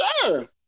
Sure